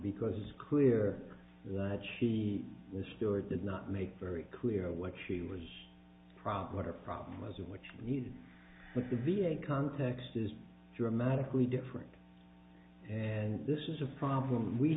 because clear this story did not make very clear what she was probably what her problem was and which used to be a context is dramatically different and this is a problem we